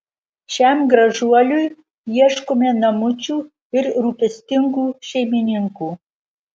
šiam gražuoliui ieškome namučių ir rūpestingų šeimininkų